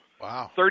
Wow